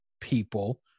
people